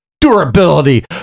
durability